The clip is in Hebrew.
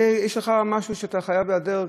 אם יש לך משהו ואתה חייב להיעדר,